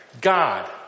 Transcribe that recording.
God